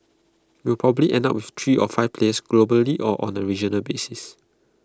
we will probably end up with three or five players globally or on A regional basis